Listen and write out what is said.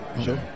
Sure